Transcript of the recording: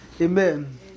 Amen